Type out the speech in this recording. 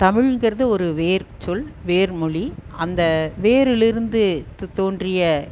தமிழுங்கிறது ஒரு வேர் சொல் வேர் மொழி அந்த வேரில் இருந்து து தோன்றிய